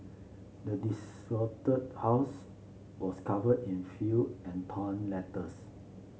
the desolated house was covered in filth and torn letters